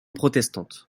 protestante